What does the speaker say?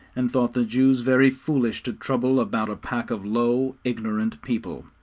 and thought the jews very foolish to trouble about a pack of low, ignorant people.